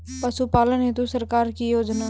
पशुपालन हेतु सरकार की योजना?